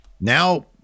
Now